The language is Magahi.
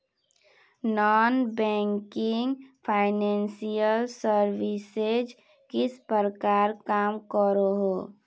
नॉन बैंकिंग फाइनेंशियल सर्विसेज किस प्रकार काम करोहो?